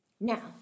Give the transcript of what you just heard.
Now